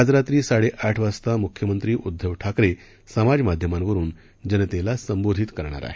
आज रात्री साडेआठ वाजता मुख्यमंत्री उद्घव ठाकरे समाजमाध्यमांवरून जनतेला संबोधित करणार आहेत